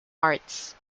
arts